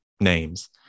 names